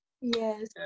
Yes